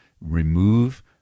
remove